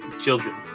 children